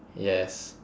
yes